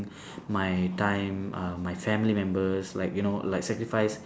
my time uh my family members like you know like sacrifice